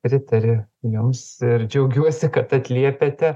pritariu jums ir džiaugiuosi kad atliepiate